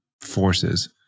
forces